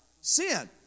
Sin